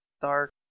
Dark